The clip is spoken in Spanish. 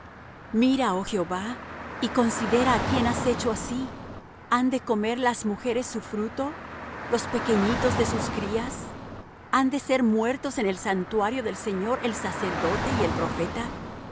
mira oh jehová y considera á quién has hecho así han de comer las mujeres su fruto los pequeñitos de sus crías han de ser muertos en el santuario del señor el sacerdote y el profeta